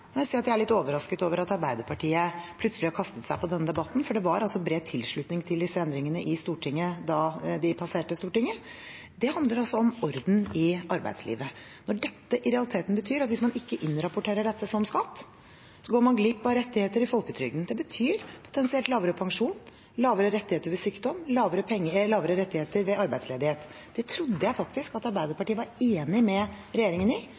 når dette i realiteten betyr at hvis man ikke innrapporterer dette som skatt, går man glipp av rettigheter i folketrygden. Det betyr potensielt lavere pensjon, færre rettigheter ved sykdom, færre rettigheter ved arbeidsledighet. Det trodde jeg at Arbeiderpartiet var enig med regjeringen i